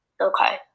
Okay